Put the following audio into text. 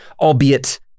albeit